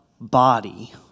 body